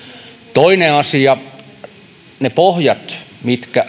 toinen asia ne pohjat mitkä